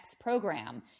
program